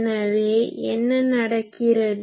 எனவே என்ன நடக்கிறது